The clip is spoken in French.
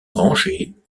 rangée